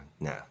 No